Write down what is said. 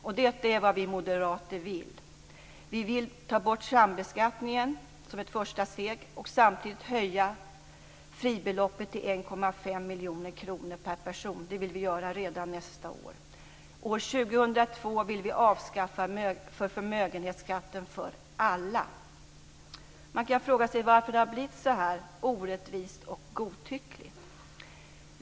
Och detta är vad vi moderater vill. Vi vill ta bort sambeskattningen som ett första steg och samtidigt höja fribeloppet till 1,5 miljoner kronor per person. Det vill vi göra redan nästa år. År 2002 vill vi avskaffa förmögenhetsskatten för alla. Man kan fråga sig varför det har blivit så här orättvist och godtyckligt.